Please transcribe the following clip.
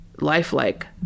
lifelike